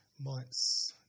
months